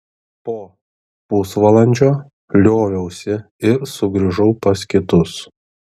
po pusvalandžio lioviausi ir sugrįžau pas kitus